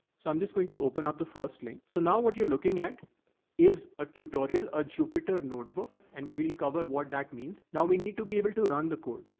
so i'm just going to open up the first link. so now what you're looking at is, a tutorial, a jupyter notebook, and we'll cover what that means. now we need to be able to run the code.